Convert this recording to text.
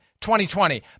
2020